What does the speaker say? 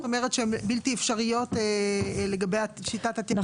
שעכשיו את אומרת שהן בלתי אפשריות לגבי שיטת הטיפול ---.